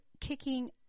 kicking